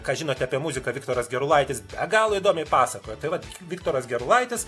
ką žinote apie muziką viktoras gerulaitis be galo įdomiai pasakojo tai vat viktoras gerulaitis